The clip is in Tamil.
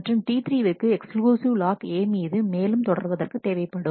மற்றும் T3 விற்கு எக்ஸ்க்ளூசிவ் லாக் A மீது மேலும் தொடர்வதற்கு தேவைப்படும்